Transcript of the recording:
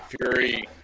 Fury